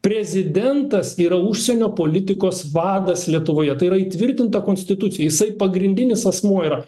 prezidentas yra užsienio politikos vadas lietuvoje tai yra įtvirtinta konstitucijoj jisai pagrindinis asmuo yra